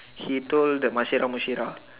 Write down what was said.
he told the Mashira Mushira